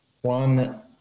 one